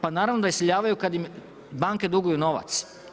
Pa naravno da se iseljavaju kad im banke duguju novac.